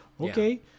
okay